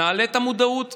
נעלה את המודעות,